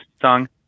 song